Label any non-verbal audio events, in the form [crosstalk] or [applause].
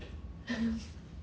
[laughs]